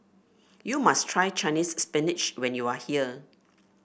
you must try Chinese Spinach when you are here